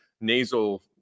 nasal